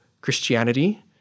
Christianity